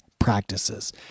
practices